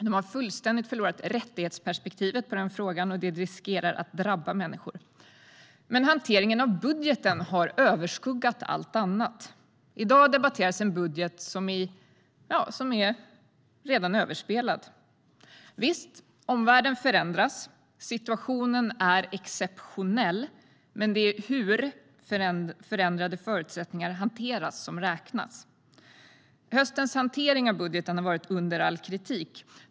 De har fullständigt förlorat rättighetsperspektivet i den frågan. Det riskerar att drabba människor. Men hanteringen av budgeten har överskuggat allt annat. I dag debatteras en budget som redan är överspelad. Visst, omvärlden förändras. Situationen är exceptionell. Men det är hur förändrade förutsättningar hanteras som räknas. Höstens hantering av budgeten har varit under all kritik.